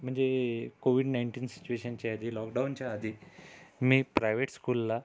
म्हणजे covid nineteen सिच्युएशनच्या आधी लॉकडाऊनच्या आधी मी प्रायव्हेट स्कूलला